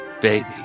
baby